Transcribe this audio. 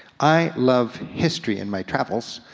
i love history in my travels,